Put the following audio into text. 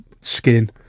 skin